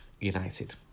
united